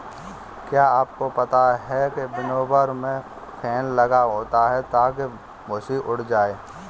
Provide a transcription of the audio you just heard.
क्या आपको पता है विनोवर में फैन लगा होता है ताकि भूंसी उड़ जाए?